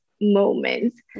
moments